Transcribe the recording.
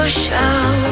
show